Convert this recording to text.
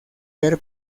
ver